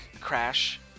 Crash